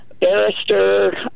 Barrister